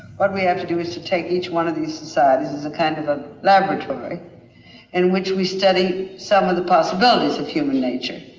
what we have to do is take each one of these societies as a kind of a laboratory in which we study some of the possibilities of human nature.